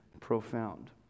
profound